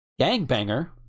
gangbanger